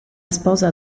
sposa